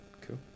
cool